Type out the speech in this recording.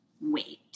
wait